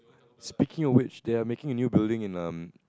speaking of which they are making a new building in um